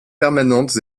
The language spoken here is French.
permanentes